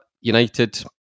United